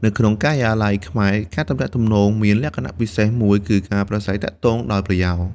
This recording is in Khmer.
នៅក្នុងការិយាល័យខ្មែរ ការទំនាក់ទំនងមានលក្ខណៈពិសេសមួយ គឺការប្រាស្រ័យទាក់ទងដោយប្រយោល។